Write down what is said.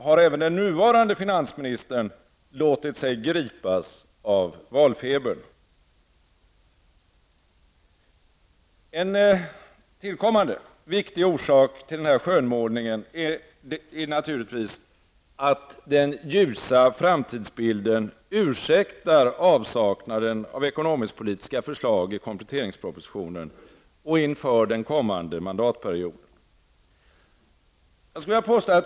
Har även den nuvarande finansministern låtit sig gripas av valfebern? En tillkommande viktig orsak till skönmålningen är dessutom att den ljusa framtidsbilden ursäktar avsaknaden av ekonomisk-politisk förslag i kompletteringspropositionen och inför den kommande mandatperioden.